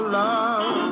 love